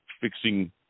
fixing